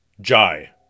jai